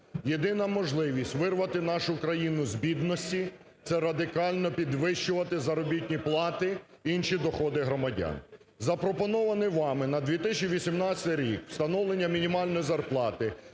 Єдина можливість вирвати нашу країну з бідності – це радикально підвищувати заробітні плати, інші доходи громадян. Запропонована вами на 2018 рік встановлення мінімальної зарплати